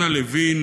אנה לוין,